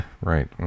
Right